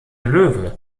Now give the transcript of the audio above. löwe